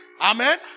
Amen